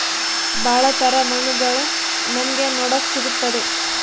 ಭಾಳ ತರ ಮಣ್ಣುಗಳು ನಮ್ಗೆ ನೋಡಕ್ ಸಿಗುತ್ತದೆ